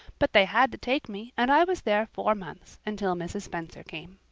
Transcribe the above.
but they had to take me and i was there four months until mrs. spencer came.